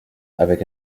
avec